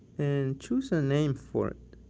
and choose a name for it.